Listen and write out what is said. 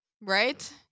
right